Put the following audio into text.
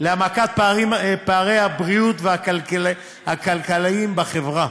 ולהעמקת פערי הבריאות והפערים הכלכליים בחברה.